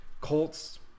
Colts